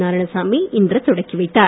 நாராயணசாமி இன்று தொடக்கி வைத்தார்